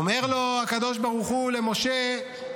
הקדוש ברוך הוא אומר למשה: